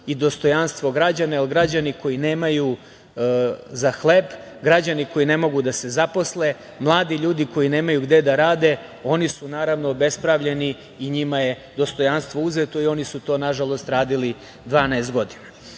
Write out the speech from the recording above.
i dostojanstvo građana, jer građani koji nemaju za hleb, građani koji ne mogu da se zaposle, mladi ljudi koji nemaju gde da rade, oni su obespravljeni i njima je dostojanstvo uzeto i oni su to, nažalost, radili 12 godina. Mi